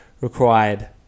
required